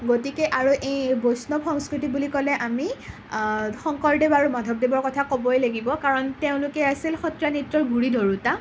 গতিকে আৰু এই বৈষ্ণৱ সংস্কৃতি বুলি ক'লে আমি শংকৰদেৱ আৰু মাধৱদেৱৰ কথা ক'বই লাগিব কাৰণ তেওঁলোকেই আছিল সত্ৰীয়া নৃত্যৰ গুৰি ধৰোঁতা